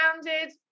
grounded